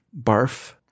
barf